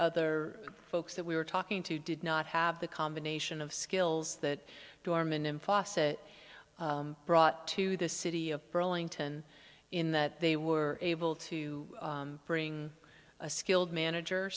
other folks that we were talking to did not have the combination of skills that doormen in faucet brought to the city of burlington in that they were able to bring a skilled manager